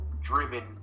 driven